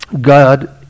God